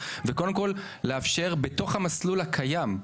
וקודם כל לאפשר בתוך המסלול הקיים,